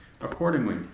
Accordingly